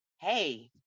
hey